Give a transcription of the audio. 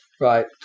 Right